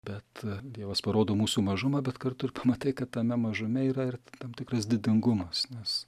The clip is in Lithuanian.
bet dievas parodo mūsų mažumą bet kartu ir pamatai kad tame mažame yra ir tam tikras didingumas nes